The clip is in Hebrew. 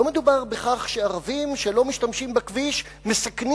לא מדובר בכך שערבים שלא משתמשים בכביש מסכנים